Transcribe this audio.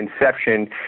inception